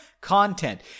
content